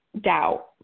Doubt